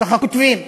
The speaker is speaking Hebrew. ככה כותבים,